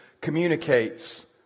communicates